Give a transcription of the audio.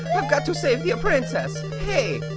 i've got to save the princess. hey,